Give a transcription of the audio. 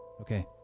okay